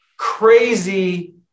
crazy